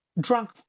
drunk